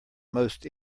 most